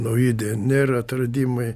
nauji dnr atradimai